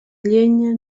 llenya